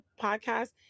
podcast